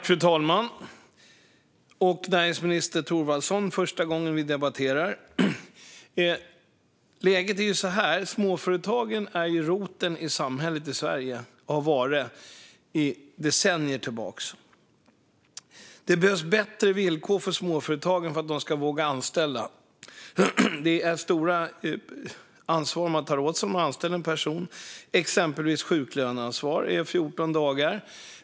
Fru talman! Det är första gången näringsminister Thorwaldsson och jag debatterar. Läget är så här: Småföretagen är roten i samhället i Sverige och har varit det i decennier. Det behövs bättre villkor för att småföretagen ska våga anställa. Det är ett stort ansvar man tar på sig genom att anställa en person; exempelvis är sjuklöneansvaret 14 dagar.